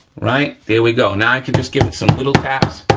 right? there we go, now i can just give it some little taps,